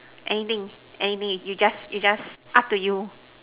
anything anything you just you just up to you